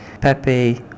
Pepe